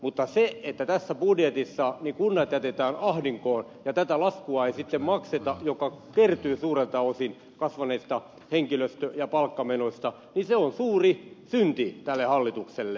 mutta se että tässä budjetissa kunnat jätetään ahdinkoon ja ei sitten makseta tätä laskua joka suurelta osin kertyy kasvaneista henkilöstö ja palkkamenoista on suuri synti tälle hallitukselle